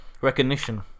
Recognition